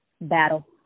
battle